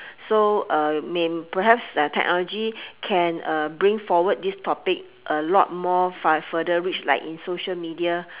so may perhaps that technology can bring forward this topic a lot more far further reach like in social media